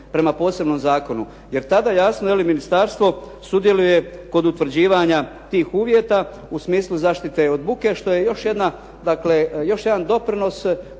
prema posebnom zakonu jer tada jasno ministarstvo sudjeluje kod utvrđivanja tih uvjeta u smislu zaštite od buke što je još jedan doprinos